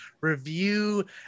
review